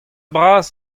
bras